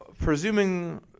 presuming